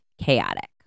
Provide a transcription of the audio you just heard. chaotic